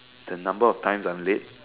the number of times I'm late